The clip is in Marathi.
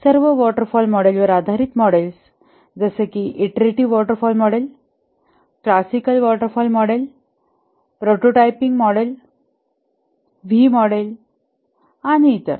सर्व वॉटर फॉल मॉडेलवर आधारीत मॉडेल्स जसे कि iterative waterfall model classical waterfall model prototyping model V model आणि इतर